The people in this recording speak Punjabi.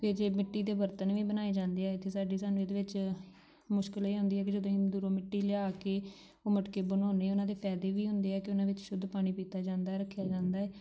ਇਹ ਜੀ ਮਿੱਟੀ ਦੇ ਬਰਤਨ ਵੀ ਬਣਾਏ ਜਾਂਦੇ ਆ ਇੱਥੇ ਸਾਡੇ ਸਾਨੂੰ ਇਹਦੇ ਵਿੱਚ ਮੁਸ਼ਕਿਲ ਇਹ ਆਉਂਦੀ ਹੈ ਕਿ ਜਦੋਂ ਇੰਨੀ ਦੂਰੋਂ ਮਿੱਟੀ ਲਿਆ ਕੇ ਉਹ ਮਟਕੇ ਬਣਾਉਂਦੇ ਉਹਨਾਂ ਦੇ ਫਾਇਦੇ ਵੀ ਹੁੰਦੇ ਆ ਕਿ ਉਹਨਾਂ ਵਿੱਚ ਸ਼ੁੱਧ ਪਾਣੀ ਪੀਤਾ ਜਾਂਦਾ ਰੱਖਿਆ ਜਾਂਦਾ ਹੈ